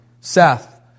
Seth